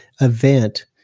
event